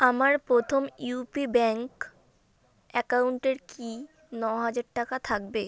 আমার প্রথম UP bank অ্যাকাউন্টের কি ন হাজার টাকা থাকবে